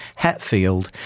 Hetfield